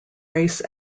race